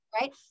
right